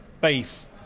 base